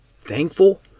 thankful